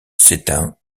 s’éteint